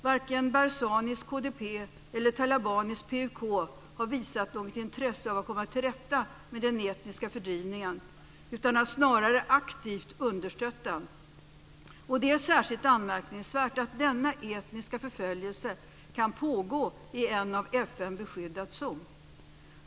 Varken Barzanis KDP eller Talabanis PUK har visat något intresse av att komma till rätta med den etniska fördrivningen, utan har snarare aktivt understött den. Det är särskilt anmärkningsvärt att denna etniska förföljelse kan pågå i en av FN beskyddad zon.